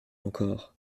encore